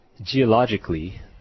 geologically